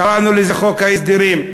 קראנו לזה חוק ההסדרים.